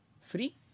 Free